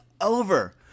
over